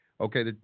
Okay